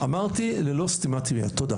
אמרתי, ללא סתימת פיות, תודה.